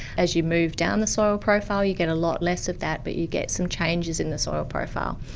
as you move down the soil profile you get a lot less of that but you get some changes in the soil profile,